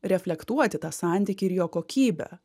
reflektuoti tą santykį ir jo kokybę